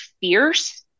fierce